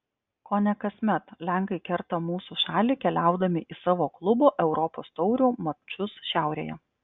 kone kasmet lenkai kerta mūsų šalį keliaudami į savo klubų europos taurių mačus šiaurėje